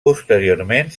posteriorment